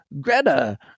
Greta